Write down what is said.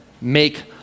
make